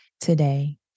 today